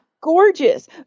gorgeous